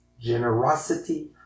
generosity